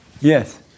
Yes